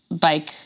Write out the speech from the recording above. bike